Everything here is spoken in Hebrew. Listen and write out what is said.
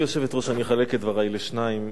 גברתי היושבת-ראש, אני אחלק את דברי לשניים,